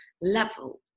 level